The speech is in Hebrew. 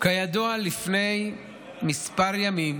וזה כרגע לא הנושא,